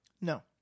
No